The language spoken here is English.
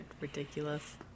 Ridiculous